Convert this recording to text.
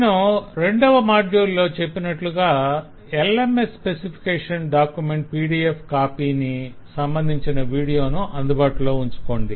నేను 02వ మాడ్యుల్ లో చెప్పినట్లుగా LMS స్పెసిఫికేషన్ డాక్యుమెంట్ PDF కాపీని సంబంధించిన వీడియోని అందుబాటులో ఉంచుకోండి